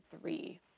three